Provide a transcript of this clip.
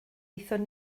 aethon